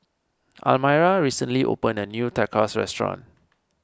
Almyra recently opened a new Tacos restaurant